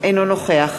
אינו נוכח